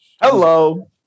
Hello